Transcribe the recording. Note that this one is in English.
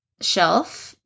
shelf